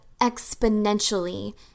exponentially